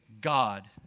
God